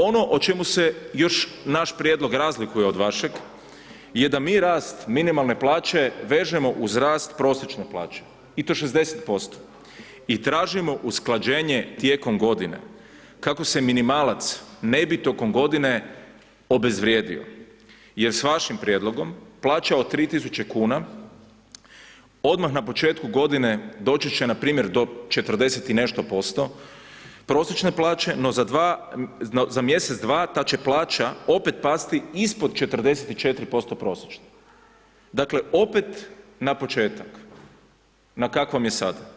Ono o čemu se još naš prijedlog razlikuje od vašeg je da mi rast minimalne plaće vežemo uz rast prosječne plaće i to 60% i tražimo usklađenje tijekom godine, kako se minimalac ne bi tokom godine obezvrijedio jer s vašim prijedlogom, plaća od 3000 kuna odmah na početku godine doći će npr. do 40 i nešto posto prosječne plaće no za mjesec, dva, ta će plaća opet pasti ispod 44% prosječne, dakle opet na početku na kakvom je sad.